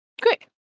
Great